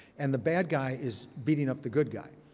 and the bad guy is beating up the good guy.